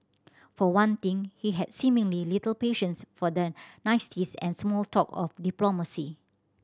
for one thing he had seemingly little patience for the niceties and small talk of diplomacy